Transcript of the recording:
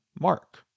Mark